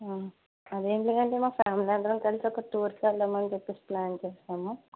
అదే ఎందుకంటే మాఫ్యామిలీ అంతాకలిసి టూర్ కెల్దామని ప్లాన్ చేసాము